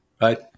Right